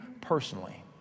personally